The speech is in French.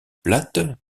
plates